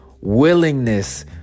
willingness